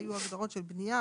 והיו הגדרות של בנייה,